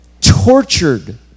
tortured